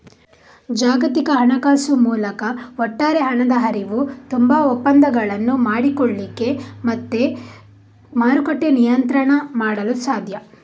ಜಾಗತಿಕ ಹಣಕಾಸು ಮೂಲಕ ಒಟ್ಟಾರೆ ಹಣದ ಹರಿವು, ತುಂಬಾ ಒಪ್ಪಂದಗಳನ್ನು ಮಾಡಿಕೊಳ್ಳಿಕ್ಕೆ ಮತ್ತೆ ಮಾರುಕಟ್ಟೆ ನಿಯಂತ್ರಣ ಮಾಡಲು ಸಾಧ್ಯ